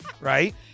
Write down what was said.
right